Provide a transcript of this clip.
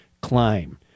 climb